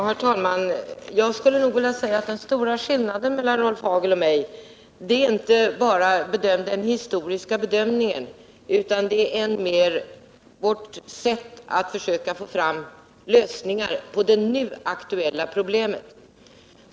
Herr talman! Den stora skillnaden mellan mitt och Rolf Hagels resonemang här gäller nog inte bara den historiska bedömningen, utan den gäller än mer vårt sätt att försöka få fram lösningar på de nu aktuella problemen.